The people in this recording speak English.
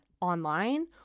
online